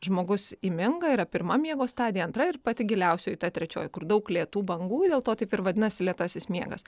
žmogus įminga yra pirma miego stadija antra ir pati giliausioji ta trečioji kur daug lėtų bangų dėl to taip ir vadinasi lėtasis miegas